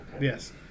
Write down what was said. yes